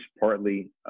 partly